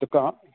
ਦੁਕਾਨ